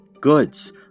goods